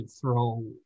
throw